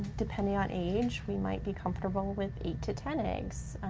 depending on age, we might be comfortable with eight to ten eggs,